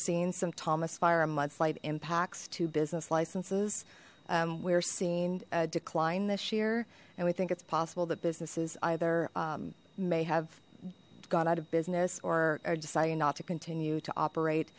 seeing some thomas fire a mudslide impacts two business licenses we're seeing a decline this year and we think it's possible that businesses either may have gone out of business or deciding not to continue to operate